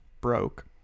broke